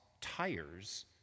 tires